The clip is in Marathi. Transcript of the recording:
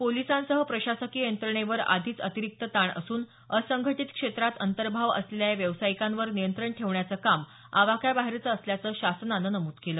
पोलिसांसह प्रशासकीय यंत्रणेवर आधीच अतिरिक्त ताण असून असंघटीत क्षेत्रात अंतर्भाव असलेल्या या व्यावसायिकांवर नियंत्रण ठेवण्याचं काम आवाक्याबाहेरचं असल्याचं शासनानं नमूद केल